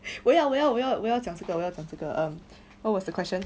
我要我要我要我要讲这个我要讲这个 err what was the question